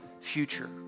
future